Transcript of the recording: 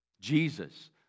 Jesus